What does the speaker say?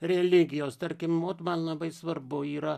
religijos tarkim ot man labai svarbu yra